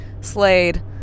Slade